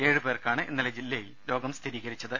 ഏഴുപേർക്കാണ് ഇന്നലെ ജില്ലയിൽ രോഗം സ്ഥിരീകരിച്ചത്